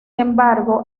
embargo